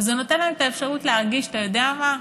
וזה נותן להם את האפשרות להרגיש, אתה יודע מה,